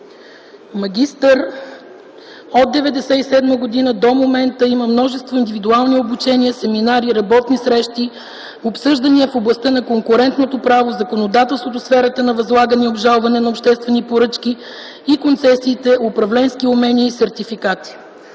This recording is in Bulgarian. магистър. От 1997 г. до момента има множество индивидуални обучения, семинари, работни срещи и обсъждания в областта на конкурентното право, законодателството в сферата на възлагане и обжалване на обществените поръчки, концесиите, управленските умения и сертификати.